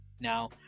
Now